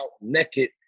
naked